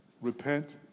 repent